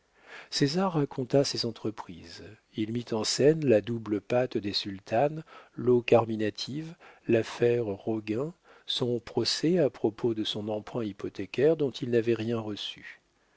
criminel césar raconta ses entreprises il mit en scène la double pâte des sultanes l'eau carminative l'affaire roguin son procès à propos de son emprunt hypothécaire dont il n'avait rien reçu